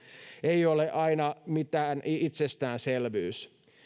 ei ole aina mikään itsestäänselvyys